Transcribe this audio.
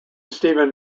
stephen